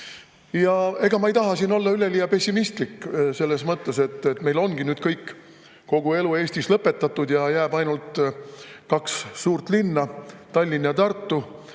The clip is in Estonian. Ega ma ei taha siin olla üleliia pessimistlik selles mõttes, et meil ongi nüüd kogu elu Eestis lõpetatud ja jäävad ainult kaks suurt linna, Tallinn ja Tartu.